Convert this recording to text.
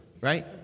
Right